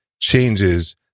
Changes